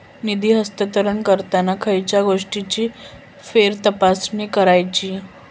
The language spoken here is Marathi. निधी हस्तांतरण करताना खयच्या गोष्टींची फेरतपासणी करायची?